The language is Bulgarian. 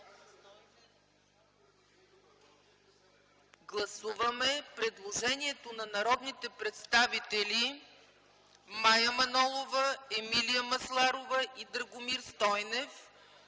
гласуване предложението на народните представители Мая Манолова, Емилия Масларова и Драгомир Стойнев,